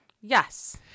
Yes